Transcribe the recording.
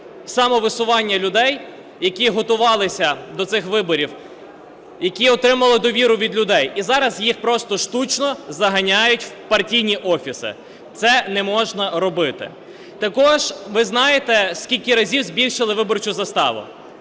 самовисування людей, які готувалися до цих виборів, які отримали довіру від людей, і зараз їх просто штучно заганяють в партійні офіси. Це не можна робити. Також ви знаєте, у скільки разів збільшили виборчу заставу?